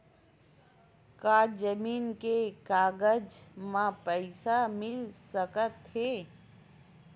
का जमीन के कागज म पईसा मिल सकत हे?